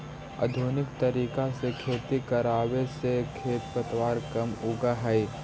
आधुनिक तरीका से खेती करवावे से खेर पतवार कम उगह हई